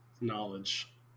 knowledge